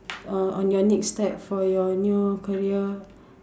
on on your next step for your new career